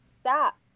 stop